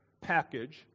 package